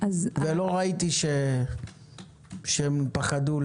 ולא ראיתי שהם פחדו